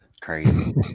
Crazy